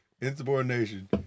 insubordination